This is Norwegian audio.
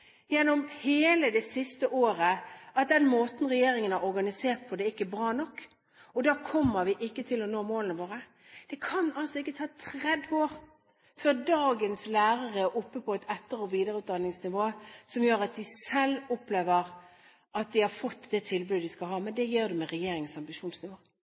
gjennom hele det siste året, at den måten regjeringen har organisert dette på, ikke er bra nok, og da kommer vi ikke til å nå målene våre. Det kan ikke ta 30 år før dagens lærere er oppe på et etter- og videreutdanningsnivå som gjør at de selv opplever at de har fått det tilbudet de skal ha – men